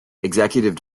executive